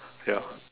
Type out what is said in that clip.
ya